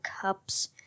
cups